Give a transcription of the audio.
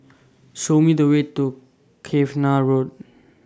Show Me The Way to Cavenagh Road